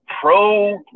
pro